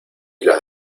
las